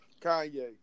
Kanye